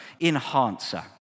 enhancer